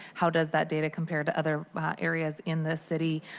how does that data compare to other areas in the city.